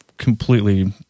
completely